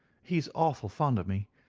he's awful fond of me.